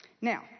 Now